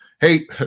Hey